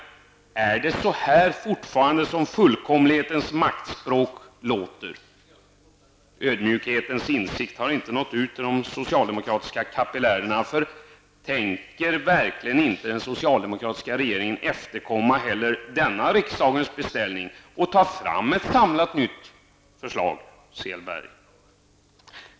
Är det så här fullkomlighetens maktspråk låter fortfarande? Ödmjukhetens insikt har inte nått ut till de socialdemokratiska kapillärerna. Tänker verkligen inte den socialdemokratiska regeringen efterkomma heller denna riksdagens beställning och ta fram ett samlat nytt förslag, Åke Selberg?